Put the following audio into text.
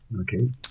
Okay